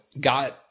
got